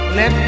Let